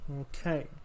okay